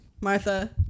Martha